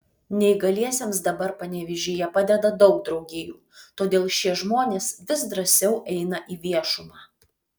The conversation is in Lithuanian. neįgaliesiems dabar panevėžyje padeda daug draugijų todėl šie žmonės vis drąsiau eina į viešumą